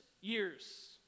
years